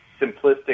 simplistic